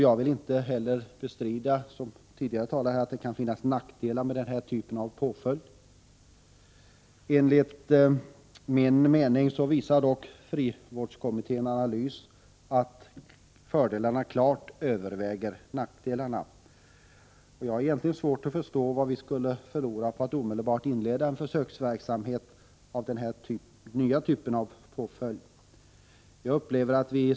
Jag vill inte bestrida, liksom tidigare talare, att det kan finnas nackdelar med denna typ av påföljd. Enligt min mening visar dock frivårdskommitténs analys att fördelarna klart överväger nackdelarna. Jag har svårt att förstå vad vi skulle förlora på att omedelbart inleda en försöksverksamhet med denna nya typ av påföljd.